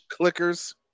Clickers